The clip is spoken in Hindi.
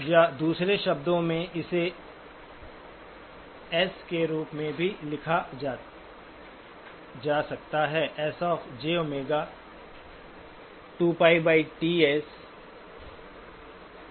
या दूसरे शब्दों में इसे एस के रूप में भी लिखा जा सकता है